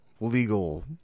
legal